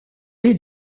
est